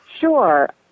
Sure